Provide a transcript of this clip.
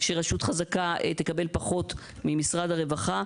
שרשות חזקה תקבל פחות משרד הרווחה.